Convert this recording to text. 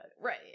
Right